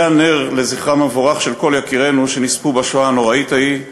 זה הנר לזכרם המבורך של כל יקירינו שנספו בשואה הנוראה ההיא.